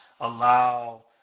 allow